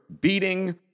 beating